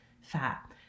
fat